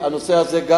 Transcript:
העלינו את הנושא הזה גם